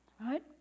right